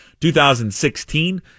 2016